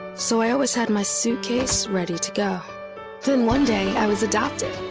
so i always had my suitcase ready to go then one day i was adopted.